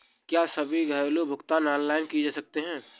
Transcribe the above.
क्या सभी घरेलू भुगतान ऑनलाइन किए जा सकते हैं?